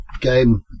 game